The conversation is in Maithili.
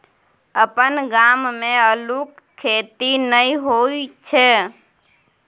अपन गाम मे अल्लुक खेती नहि होए छै